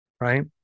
right